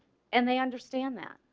and they understand that,